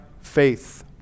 faith